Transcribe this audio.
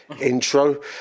intro